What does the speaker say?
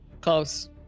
close